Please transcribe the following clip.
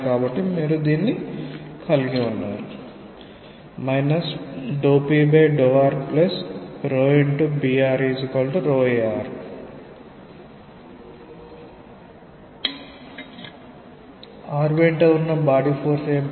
కాబట్టి మీరు దీన్ని కలిగి ఉన్నారు ∂p∂rbrar r వెంట ఉన్నబాడి ఫోర్స్ ఏమిటి